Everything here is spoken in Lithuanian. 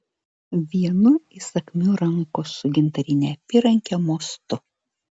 vienu įsakmiu rankos su gintarine apyranke mostu